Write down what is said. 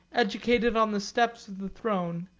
educated on the steps of the throne,